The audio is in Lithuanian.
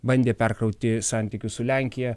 bandė perkrauti santykius su lenkija